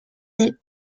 del